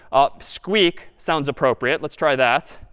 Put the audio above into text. squeak sounds appropriate. let's try that.